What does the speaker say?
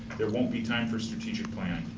there won't be time for strategic planning.